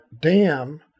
dam